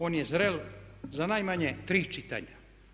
On je zreo za najmanje tri čitanja.